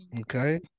okay